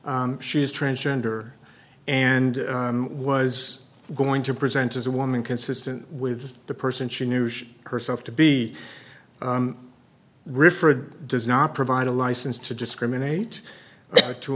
she is transgender and was going to present as a woman consistent with the person she knew she herself to be referred does not provide a license to discriminate to